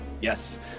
Yes